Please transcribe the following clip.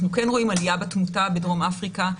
אנחנו כן רואים עלייה בתמותה בדרום אפריקה,